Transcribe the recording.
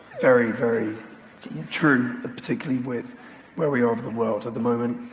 very, very true, particularly with where we are with the world at the moment.